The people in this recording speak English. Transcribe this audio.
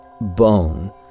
bone